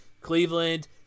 Cleveland